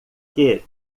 que